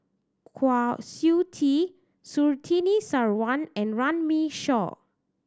Kwa Siew Tee Surtini Sarwan and Runme Shaw